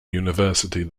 university